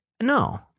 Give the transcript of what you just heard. No